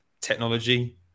technology